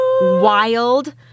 wild